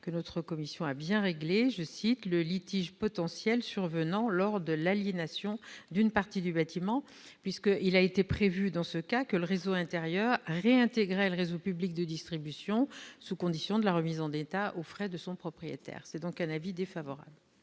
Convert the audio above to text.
Notre commission a bien réglé « le litige potentiel survenant lors de l'aliénation d'une partie » du bâtiment : il est prévu que, dans ce cas, le réseau intérieur réintégrera le réseau public de distribution, sous condition de sa remise en état aux frais de son propriétaire. En conséquence, j'émets un avis défavorable